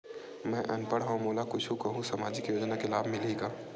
मैं अनपढ़ हाव मोला कुछ कहूं सामाजिक योजना के लाभ मिलही का?